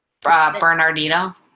Bernardino